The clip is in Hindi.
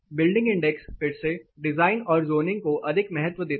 बिल्डिंग इंडेक्स फिर से डिजाइन और ज़ोनिंग को अधिक महत्व देता है